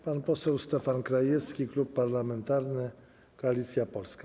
Pan poseł Stefan Krajewski, Klub Parlamentarny Koalicja Polska.